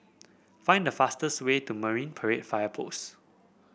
find the fastest way to Marine Parade Fire Post